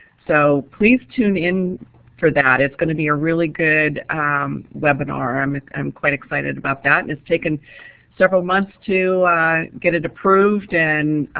so please tune in for that, it's going to be a really good webinar i'm i'm quite excited about that. and it's taken several months to get it approved and